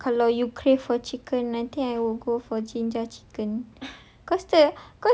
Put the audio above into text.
macam kalau you crave for chicken I will go for ginger chicken